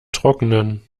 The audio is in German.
trockenen